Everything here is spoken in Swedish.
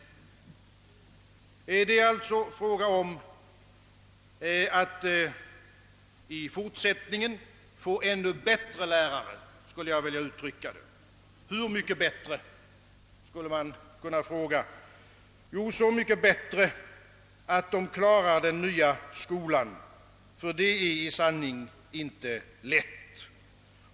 Jag skulle vilja uttrycka det så, att det är fråga om att i fortsättningen få ännu bättre lärare. Hur mycket bättre skulle man kunna fråga. Jo, så mycket bättre, att de klarar den nya skolan; det är i sanning inte lätt.